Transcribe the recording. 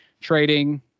trading